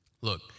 Look